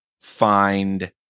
find